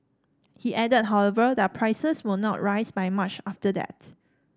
he added however that prices will not rise by much after that